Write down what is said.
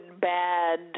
bad